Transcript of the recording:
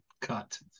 cut